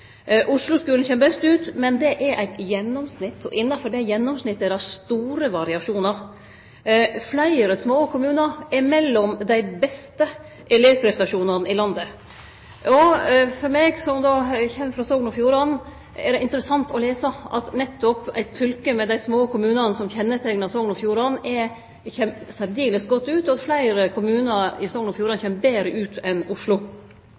kjem best ut, men det er eit gjennomsnitt. Innanfor gjennomsnittet er det store variasjonar. Fleire små kommunar er mellom dei med dei beste elevprestasjonane i landet. For meg, som kjem frå Sogn og Fjordane, er det interessant å lese at nettopp eit fylke med dei små kommunane, som kjenneteiknar Sogn og Fjordane, kjem særdeles godt ut, og fleire kommunar i Sogn og Fjordane kjem betre ut enn Oslo.